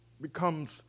becomes